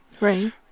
Right